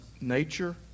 nature